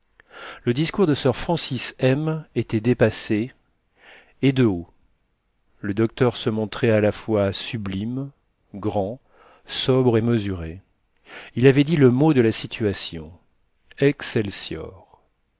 le discours de sir francis m était dépassé et de haut le docteur se montrait à la fois sublime grand sobre et mesuré il avait dit le mot de la situation excelsior